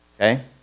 okay